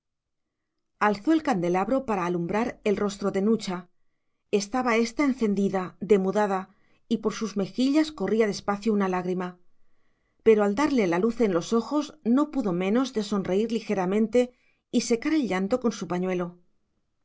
alzó el candelabro para alumbrar el rostro de nucha estaba ésta encendida demudada y por sus mejillas corría despacio una lágrima pero al darle la luz en los ojos no pudo menos de sonreír ligeramente y secar el llanto con su pañuelo